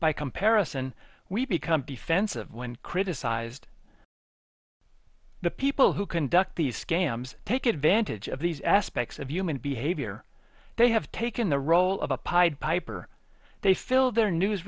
by comparison we become defensive when criticized the people who conduct these scams take advantage of these aspects of human behavior they have taken the role of a pied piper they fill their news